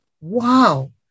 Wow